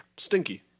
Stinky